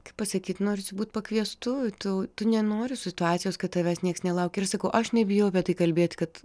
kaip pasakyt norisi būti pakviestu tu tu nenori situacijos kad tavęs nieks nelaukia ir sakau aš nebijau apie tai kalbėt kad